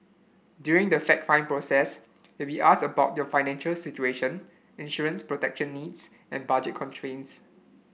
during the fact find process will be asked about your financial situation insurance protection needs and budget constraints